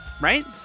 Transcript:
right